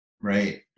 Right